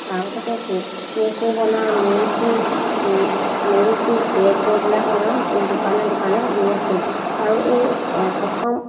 তাৰপাছতে কেক কেকো বনাওঁ নিমকি নিমকি কেক সেইবিলাক মই দোকানে দোকানে দি আছোঁ আৰু এই প্ৰথম